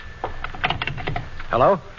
Hello